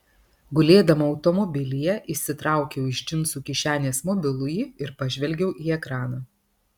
gulėdama automobilyje išsitraukiau iš džinsų kišenės mobilųjį ir pažvelgiau į ekraną